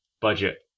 budget